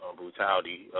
brutality